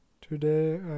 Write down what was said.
Today